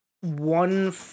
one